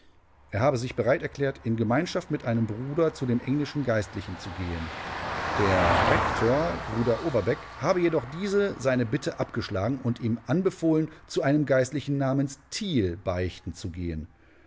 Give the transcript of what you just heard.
er habe sich bereit erklärt in gemeinschaft mit einem bruder zu dem englischen geistlichen zu gehen der rektor bruder overbeck habe jedoch diese seine bitte abgeschlagen und ihm anbefohlen zu einem geistlichen namens thiel beichten zu gehen